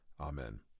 Amen